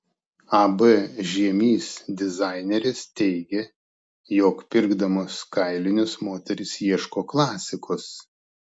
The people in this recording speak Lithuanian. ab žiemys dizainerės teigė jog pirkdamos kailinius moterys ieško klasikos